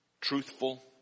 truthful